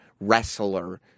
wrestler